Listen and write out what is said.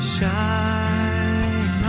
Shine